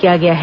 किया गया है